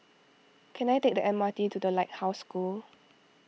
can I take the M R T to the Lighthouse School